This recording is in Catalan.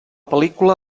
pel·lícula